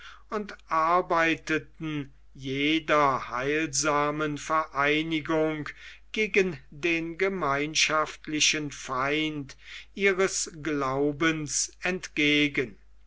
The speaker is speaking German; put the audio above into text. und arbeiteten jeder heilsamen vereinigung gegen den gemeinschaftlichen feind ihres glaubens entgegen